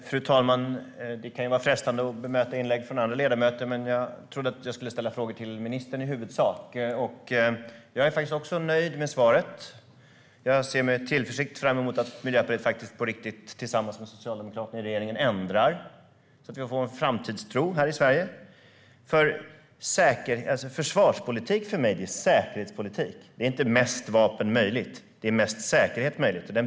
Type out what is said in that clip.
Fru talman! Det kan vara frestande att bemöta inlägg från andra ledamöter, men jag trodde att jag skulle ställa frågor till ministern i huvudsak. Jag är också nöjd med svaret. Jag ser med tillförsikt fram emot att Miljöpartiet på riktigt med Socialdemokraterna i regeringen ändrar på detta så att vi får en framtidstro här i Sverige. Försvarspolitik för mig är säkerhetspolitik. Det är inte mesta möjliga vapen, utan det är mesta möjliga säkerhet.